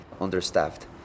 understaffed